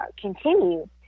continue